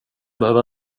behöver